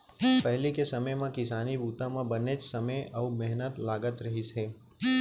पहिली के समे म किसानी बूता म बनेच समे अउ मेहनत लागत रहिस हे